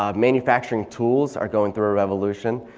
um manufacturing tools are going through a revolution.